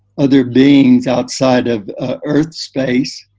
other beings outside of earth space.